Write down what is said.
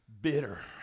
bitter